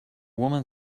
woman